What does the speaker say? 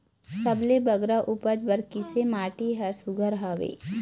सबले बगरा उपज बर किसे माटी हर सुघ्घर हवे?